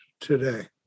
today